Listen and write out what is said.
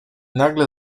nagle